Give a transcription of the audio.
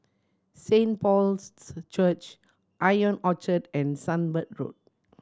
Saint Paul's Church Ion Orchard and Sunbird Road